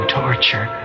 torture